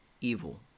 evil